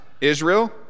Israel